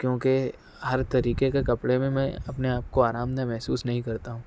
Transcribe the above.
کیونکہ ہر طریقے کے کپڑے میں میں اپنے آپ کو آرام دہ محسوس نہیں کرتا ہوں